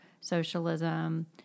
socialism